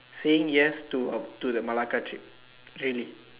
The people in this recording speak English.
saying yes to uh to the Melaka trip really